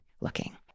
looking